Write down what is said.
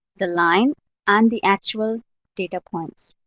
the line and the actual data points.